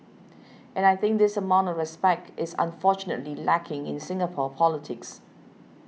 and I think this amount of respect is unfortunately lacking in Singapore politics